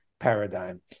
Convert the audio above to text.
paradigm